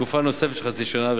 בתקופה נוספת של חצי שנה,